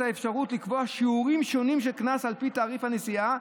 האפשרות לקבוע שיעורים שונים של קנס על פי תעריף הנסיעה.